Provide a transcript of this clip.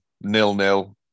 nil-nil